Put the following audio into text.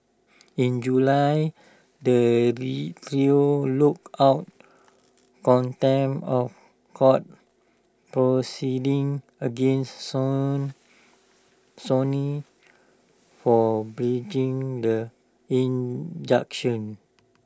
in July the T trio look out contempt of court proceedings against song Sony for breaching the injunction